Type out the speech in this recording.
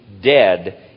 dead